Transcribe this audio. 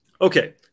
Okay